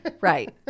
right